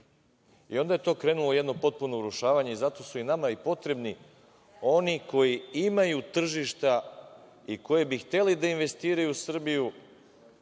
I, onda je krenulo jedno potpuno urušavanje i zato su i nama potrebni oni koji imaju tržišta i koji bi hteli da investiraju u Srbiju